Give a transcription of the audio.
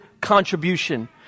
contribution